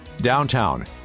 Downtown